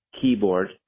keyboard